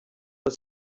but